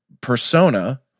persona